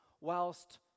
whilst